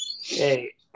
Hey